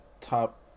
top